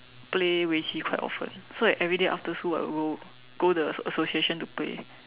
play 围棋 quite often so that everyday after school I will go go the association to play